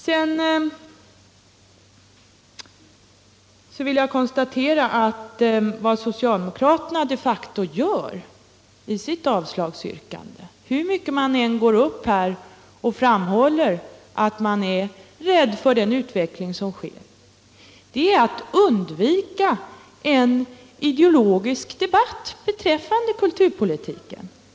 Sedan vill jag konstatera att vad socialdemokraterna de facto gör genom sitt avslagsyrkande — hur mycket de än går upp här och framhåller att de är rädda för den utveckling som äger rum — är att de undviker en ideologisk debatt om kulturpolitiken.